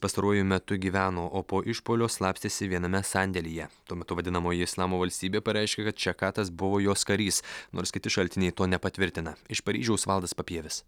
pastaruoju metu gyveno o po išpuolio slapstėsi viename sandėlyje tuo metu vadinamoji islamo valstybė pareiškė kad šekatas buvo jos karys nors kiti šaltiniai to nepatvirtina iš paryžiaus valdas papievis